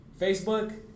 Facebook